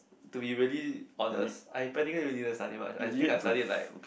to be really honest I practical didn't study much I think I study like